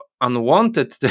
unwanted